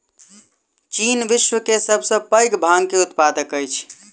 चीन विश्व के सब सॅ पैघ भांग के उत्पादक अछि